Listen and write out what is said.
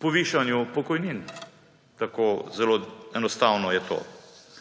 povišanju pokojnin. Tako zelo enostavno je to.